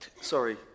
Sorry